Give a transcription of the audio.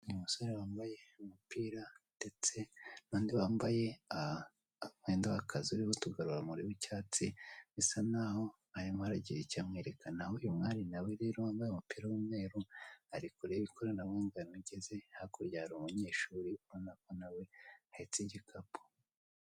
Umusore wambaye umupira ndetse nundi wambaye Umwenda w'akazi uriho utugarura rumuri tw'icyatsi bisanaho arimo aragira icyo amwereka naho uyu mwari nawe rero wambaye umupira w'umweru ari kure y'ikoranabuhanga ndetse hakurya hari umunyeshuri ubona ko nawe ahestse igikapu.